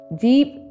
deep